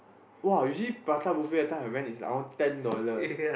!wah! usually prata buffet that time I went is around ten dollar